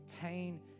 pain